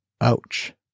Ouch